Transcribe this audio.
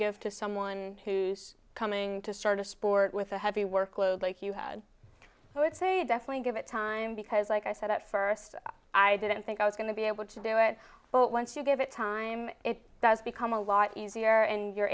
give to someone who's coming to start a sport with a heavy workload like you had i would say definitely give it time because like i said at first i didn't think i was going to be able to do it but once you give it time it does become a lot easier and you're